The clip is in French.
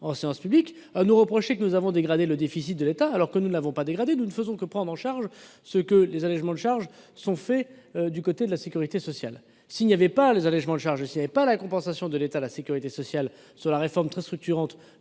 en séance publique -, à nous reprocher d'avoir dégradé le déficit de l'État. Mais nous ne l'avons pas dégradé ; nous ne faisons que prendre en charge les effets que les allégements de charges ont eus sur la sécurité sociale. S'il n'y avait pas les allégements de charges, s'il n'y avait pas de compensation de l'État à la sécurité sociale, à la suite de la réforme très structurante